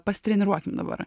pasitreniruokim dabar